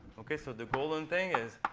ok so the golden thing is,